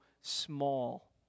small